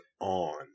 on